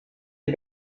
est